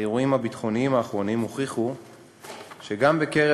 האירועים הביטחוניים האחרונים הוכיחו שגם בקרב